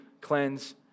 cleanse